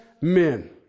men